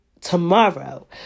tomorrow